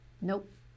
Nope